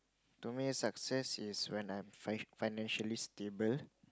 to me success is when I'm fi~ financially stable